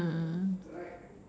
mm mm